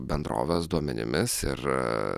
bendrovės duomenimis ir